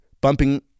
bumping